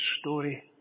story